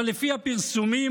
אבל לפי הפרסומים,